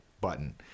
button